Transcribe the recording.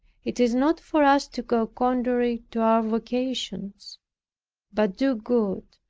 it is not for us to go contrary to our vocations but do good,